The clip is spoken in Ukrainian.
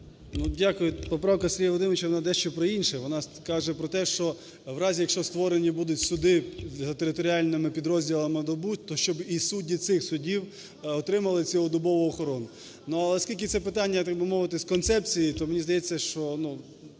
Дякую. Поправка Сергія Володимировича вона дещо про інше. Вона каже про те, що в разі, якщо створені будуть суди територіальними підрозділами НАБУ, то щоб і судді цих судів отримали цілодобову охорону. Ну, оскільки це питання, так би мовити, з концепції, то мені здається, що